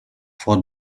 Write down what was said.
for